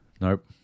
nope